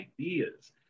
ideas